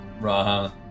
Raha